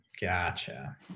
gotcha